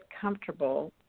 comfortable